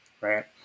right